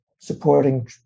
supporting